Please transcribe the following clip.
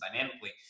dynamically